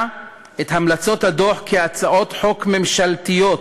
את המלצות הדוח כהצעות חוק ממשלתיות,